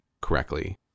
correctly